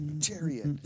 chariot